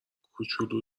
کوچولو